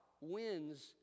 wins